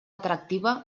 atractiva